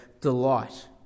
delight